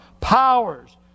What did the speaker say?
powers